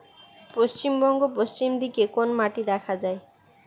পশ্চিমবঙ্গ পশ্চিম দিকে কোন মাটি দেখা যায়?